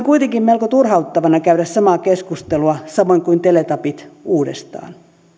kuitenkin melko turhauttavana käydä samaa keskustelua uudestaan kuin teletapit